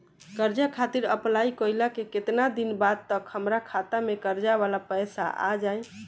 कर्जा खातिर अप्लाई कईला के केतना दिन बाद तक हमरा खाता मे कर्जा वाला पैसा आ जायी?